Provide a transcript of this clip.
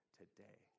today